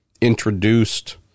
introduced